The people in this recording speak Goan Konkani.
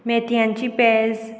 मेथयांची पेज